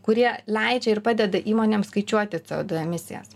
kurie leidžia ir padeda įmonėms skaičiuoti du emisijas